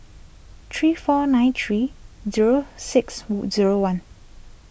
three four nine three zero six Wu zero one